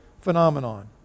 phenomenon